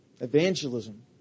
Evangelism